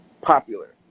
popular